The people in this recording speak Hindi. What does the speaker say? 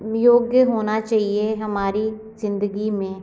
योग्य होना चाहिए हमारी ज़िंदगी में